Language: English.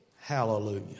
Hallelujah